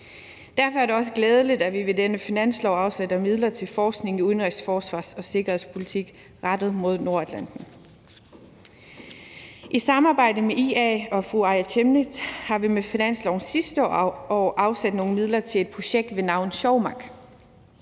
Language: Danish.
Derfor er det også glædeligt, at vi i dette finanslovsforslag afsætter midler til forskning i udenrigs-, forsvars- og sikkerhedspolitik rettet mod Nordatlanten. I samarbejde med IA og fru Aaja Chemnitz har vi med finansloven sidste år afsat nogle midler til et projekt ved navn Sjómaq.